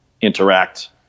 interact